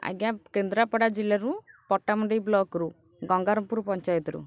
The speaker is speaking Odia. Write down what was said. ଆଜ୍ଞା କେନ୍ଦ୍ରାପଡ଼ା ଜିଲ୍ଲାରୁ ପଟ୍ଟାମୁଣ୍ଡେଇ ବ୍ଲକରୁ ଗଙ୍ଗାରମ୍ପୁର ପଞ୍ଚାୟତରୁ